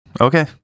okay